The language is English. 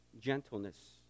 gentleness